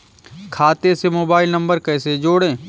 खाते से mobile number कैसे जोड़ें?